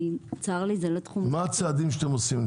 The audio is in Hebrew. מה הצעדים שאתם עושים?